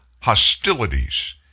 hostilities